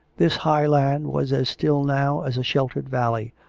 this high land was as still now as a sheltered valley,